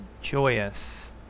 joyous